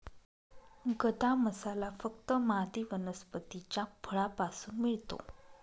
गदा मसाला फक्त मादी वनस्पतीच्या फळापासून मिळतो